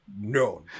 no